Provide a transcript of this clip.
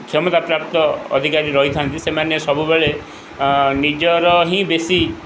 କ୍ଷମତାପ୍ରାପ୍ତ ଅଧିକାରୀ ରହିଥାନ୍ତି ସେମାନେ ସବୁବେଳେ ନିଜର ହିଁ ବେଶୀ